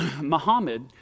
Muhammad